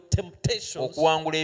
temptations